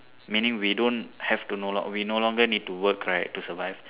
meaning we don't have to no long we no longer need to work right to survive